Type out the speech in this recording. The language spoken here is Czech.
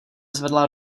zvedla